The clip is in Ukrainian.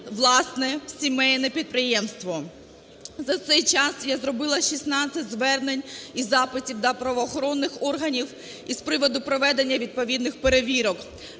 власне, сімейне підприємство. За цей час я зробила 16 звернень і запитів до правоохоронних органів із приводу проведення відповідних перевірок.